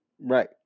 Right